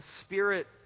Spirit